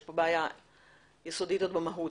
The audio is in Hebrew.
יש פה בעיה יסודית במהות.